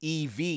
EV